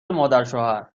مادرشوهرتو